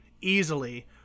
easily